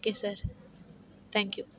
okay sir thank you